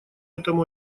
этому